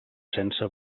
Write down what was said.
sense